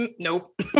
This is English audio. nope